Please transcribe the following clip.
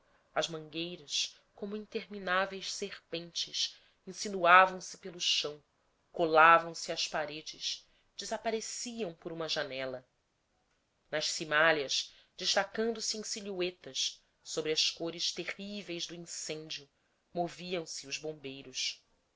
as mangueiras como intermináveis serpentes insinuavam se pelo chão colavam se às paredes desapareciam por uma janela nas cimalhas destacando-se em silhueta sobre as cores terríveis do incêndio moviam-se os bombeiros